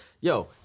Yo